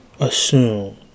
assume